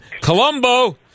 colombo